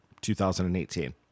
2018